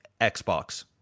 Xbox